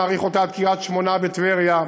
שנאריך אותה עד קריית-שמונה וטבריה,